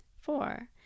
four